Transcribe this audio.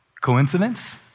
Coincidence